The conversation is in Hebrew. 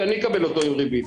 כי אני אקבל אותו עם ריבית.